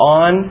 on